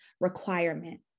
requirement